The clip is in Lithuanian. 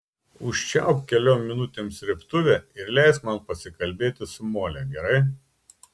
užčiaupk keliom minutėm srėbtuvę ir leisk man pasikalbėti su mole gerai